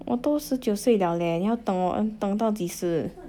我都十九岁 liao leh 你要等我等到几时